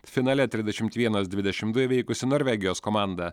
finale trisdešimt vienas dvidešimt du įveikusi norvegijos komandą